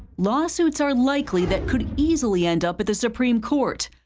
lawsuits are likely that could easily end up at the supreme court.